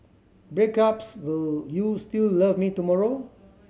breakups will you still love me tomorrow